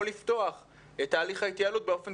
או לפתוח את תהליך ההתייעלות באופן